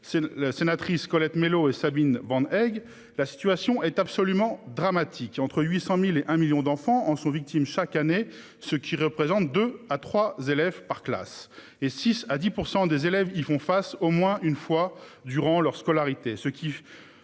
la sénatrice Colette Mélot et Sabine bande Egg, la situation est absolument dramatique, entre 800.000 et un million d'enfants en sont victimes chaque année, ce qui représente 2 à 3 élèves par classe, et 6 à 10% des élèves ils font face au moins une fois durant leur scolarité.